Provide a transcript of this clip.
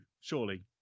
surely